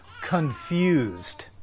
confused